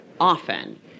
often